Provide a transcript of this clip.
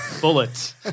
bullets